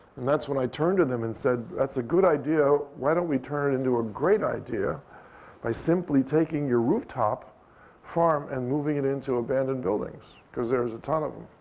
and that's when i turned to them and said, that's a good idea. why don't we turn it into a great idea by simply taking your rooftop farm and moving it into abandoned buildings? because there's a ton of them.